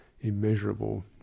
Immeasurable